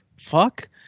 fuck